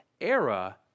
era